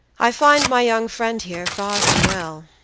i find my young friend here far from well.